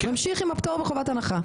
ממשיך עם הפטור מחובת הנחה.